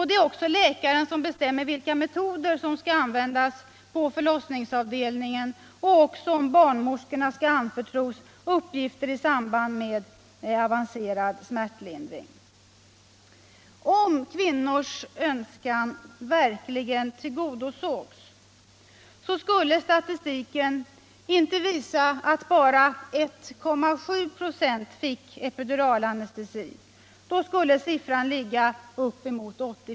Det är också läkaren som bestämmer vilka metoder som skall användas på förlossningsavdelningen och också om barnmorskorna skall anförtros uppgifter i samband med avancerad smärtlindring: Om kvinnors önskningar verkligen tillgodosågs, skulle statistiken inte visa att bara 1,7 ?a fick epiduralanestesi. Då skulle siffran ligga uppemot 80 .